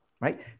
right